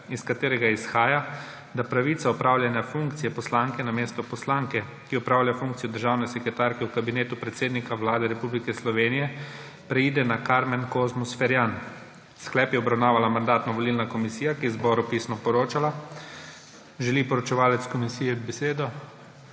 iz katerega izhaja, da pravica opravljanja funkcije poslanke namesto poslanke, ki opravlja funkcijo državne sekretarke v Kabinetu predsednika Vlade Republike Slovenije, preide na Karmen Kozmus Ferjan. Sklep je obravnavala Mandatno-volilna komisija, ki je zboru pisno poročala. Želi poročevalec komisije besedo?